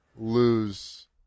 lose